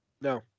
No